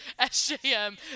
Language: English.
SJM